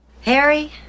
Harry